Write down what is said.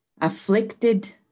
Afflicted